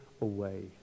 away